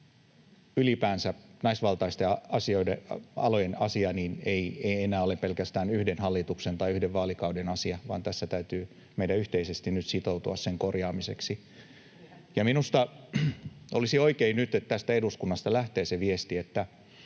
ylipäänsä naisvaltaisten alojen asia — ei enää ole pelkästään yhden hallituksen tai yhden vaalikauden asia, vaan meidän täytyy tässä yhteisesti nyt sitoutua sen korjaamiseksi. Ja minusta olisi oikein nyt, että tästä eduskunnasta lähtee viesti, että